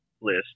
list